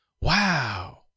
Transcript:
wow